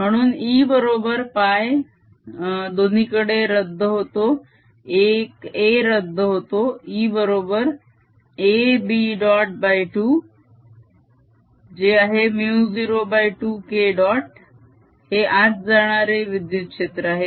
म्हणून E बरोबर π दोन्ही कडे रद्द होतो एक a रद्द होतो E बरोबर aB डॉट 2 जे आहे μ02K डॉट हे आत जाणारे विद्युत क्षेत्र आहे